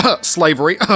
slavery